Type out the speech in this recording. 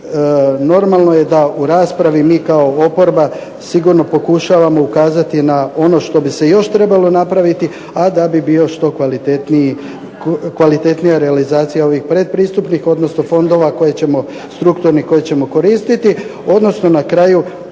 normalno je da u raspravi mi kao oporba sigurno pokušavamo ukazati na ono što bi se još trebalo napraviti, a da bi bio što kvalitetnija realizacija ovih predpristupnih, odnosno strukturnih fondova koje ćemo koristiti, odnosno na kraju